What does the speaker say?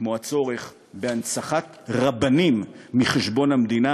כמו הצורך בהנצחת רבנים מחשבון המדינה